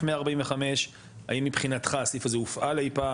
145 האם מבחינתך הסעיף הזה הופעל אי פעם?